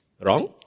wrong